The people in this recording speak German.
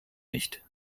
nicht